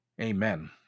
amen